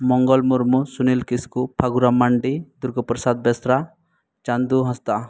Mangal Murmu Sunil Kisku Phaguram Mandi Durga Prasad Besra Chandu Hansda